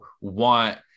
want